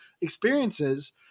experiences